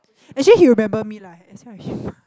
actually he remember me lah that's why I remember